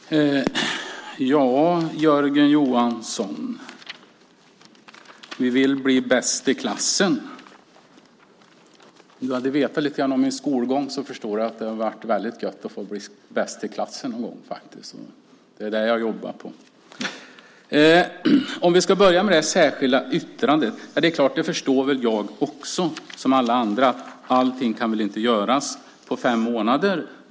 Fru talman! Jörgen Johansson säger att vi vill bli bäst i klassen. Om du hade känt till lite grann om min skolgång hade du förstått att det hade känts väldigt gott att få bli bäst i klassen någon gång. Det är det jag jobbar på nu. För att börja med det särskilda yttrandet förstår väl jag som alla andra att allting inte kan göras på fem månader.